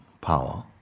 power